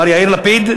מר יאיר לפיד.